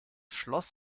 schloss